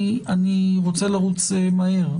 אני רוצה לרוץ מהר.